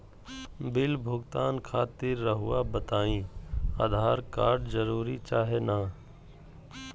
Bill भुगतान खातिर रहुआ बताइं आधार कार्ड जरूर चाहे ना?